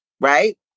Right